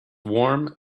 warm